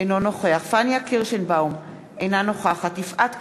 אינו נוכח פניה קירשנבאום, אינה נוכחת יפעת קריב,